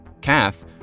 Kath